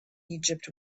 egypt